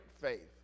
faith